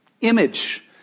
image